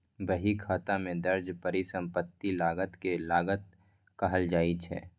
बहीखाता मे दर्ज परिसंपत्ति लागत कें लागत कहल जाइ छै